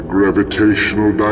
Gravitational